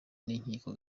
n’inkiko